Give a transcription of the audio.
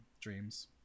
dreams